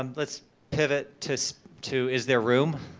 um let's pivot to so to is there room.